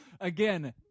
again